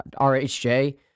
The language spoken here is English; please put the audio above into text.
RHJ